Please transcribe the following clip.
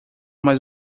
mais